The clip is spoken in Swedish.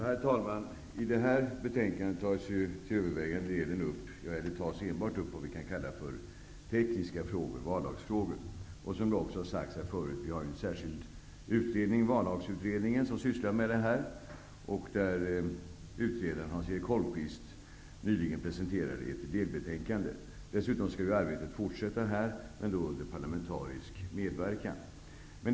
Herr talman! I det här betänkandet tas enbart upp vad vi kan kalla tekniska vallagsfrågor. Som sagts förut har vi en särskild utredning, vallagsutredningen, som sysslar med detta. Utredaren, Hans-Erik Holmqvist, har nyligen presenterat ett delbetänkande. Arbetet skall fortsätta, men under parlamentarisk medverkan.